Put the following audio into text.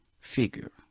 figure